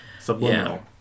Subliminal